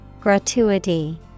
Gratuity